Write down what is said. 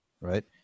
Right